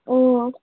اۭں